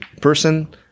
person